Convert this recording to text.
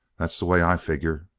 that's the way i figure!